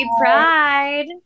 Pride